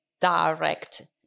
direct